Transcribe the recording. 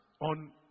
on